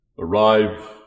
arrive